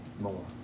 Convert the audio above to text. more